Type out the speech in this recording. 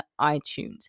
iTunes